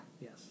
Yes